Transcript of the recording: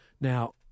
Now